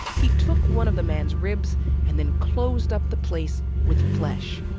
he took one of the man's ribs and then closed up the place with flesh.